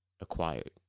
Acquired